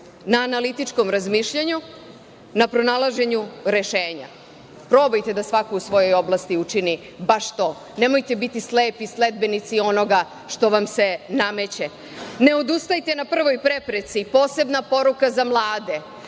na analitičkom razmišljanju, na pronalaženju rešenja. Probajte da svako u svojoj oblasti učini baš to. Nemojte biti slepi sledbenici onoga što vam se nameće. Ne odustajte na prvoj prepreci, posebna poruka za mlade.